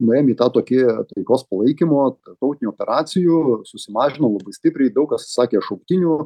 nuėjom į tą tokį taikos palaikymo tarptautinių operacijų susimažino labai stipriai daug kas sakė šauktinių